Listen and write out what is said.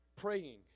praying